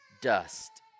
dust